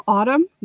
Autumn